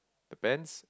the pants